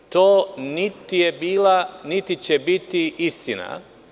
To niti je bila, niti će biti istina.